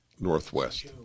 Northwest